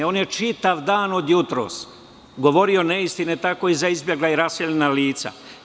On je čitav dan od jutros govorio neistine tako i za izbegla i raseljena lica.